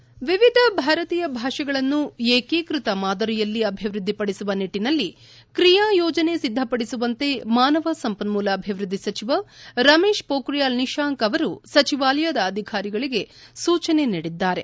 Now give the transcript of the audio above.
head ವಿವಿಧ ಭಾರತೀಯ ಭಾಷೆಗಳನ್ನು ಏಕೀಕೃತ ಮಾದರಿಯಲ್ಲಿ ಅಭಿವೃದ್ದಿಪಡಿಸುವ ನಿಟ್ಟನಲ್ಲಿ ಕ್ರಿಯಾ ಯೋಜನೆ ಸಿದ್ಧಪಡಿಸುವಂತೆ ಮಾನವ ಸಂಪನ್ಮೂಲ ಅಭಿವೃದ್ಧಿ ಸಚಿವ ರಮೇಶ್ ಪೋಖ್ರಿಯಾಲ್ ನಿಶಾಂಕ್ ಅವರು ಸಚಿವಾಲಯದ ಅಧಿಕಾರಿಗಳಿಗೆ ಸೂಚನೆ ನೀಡಿದ್ದಾರೆ